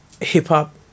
hip-hop